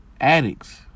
addicts